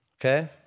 Okay